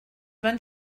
van